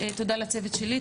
תודה לצוות שלי,